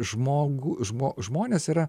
žmogų žmo žmonės yra